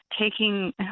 taking